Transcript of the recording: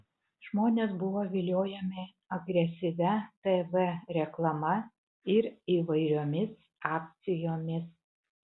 žmonės buvo viliojami agresyvia tv reklama ir įvairiomis akcijomis